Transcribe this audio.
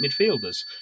midfielders